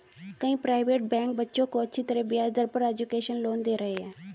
कई private bank बच्चों को अच्छी ब्याज दर पर एजुकेशन लोन दे रहे है